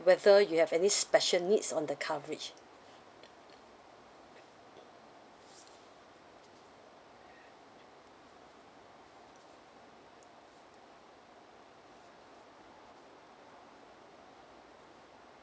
whether you have any special needs on the coverage